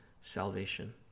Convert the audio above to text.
salvation